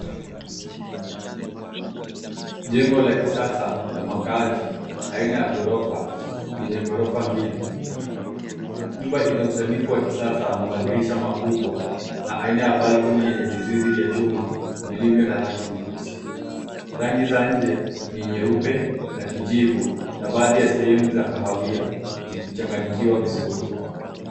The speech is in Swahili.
Jengo la kisasa, la makaazi, aina ya ghorofa, yenye gorofa mbili. Nyumba ina usanifu wa kisasa na madirisha makubwa na aina ya balcony yenye vizuizi vya chuma, vilivyo na rangi nyeusi. Rangi za nje, ni nyeupe na kijivu na baadhi ya sehemu za kahawia, zikichanganyikiwa vizuri.